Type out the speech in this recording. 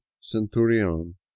Centurion